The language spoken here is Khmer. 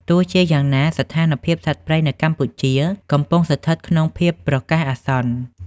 ទោះជាយ៉ាងណា ស្ថានភាពសត្វព្រៃនៅកម្ពុជាកំពុងស្ថិតក្នុងភាពប្រកាសអាសន្ន។